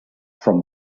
from